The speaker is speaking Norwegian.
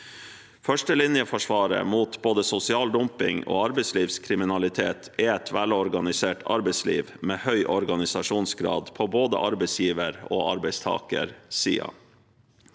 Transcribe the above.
Førstelinjeforsvaret mot både sosial dumping og arbeidslivskriminalitet er et velorganisert arbeidsliv med høy organisasjonsgrad på både arbeidsgiver- og arbeidstakersiden.